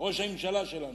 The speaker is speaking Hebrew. ראש הממשלה שלנו,